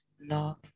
love